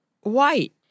white